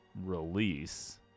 release